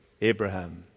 Abraham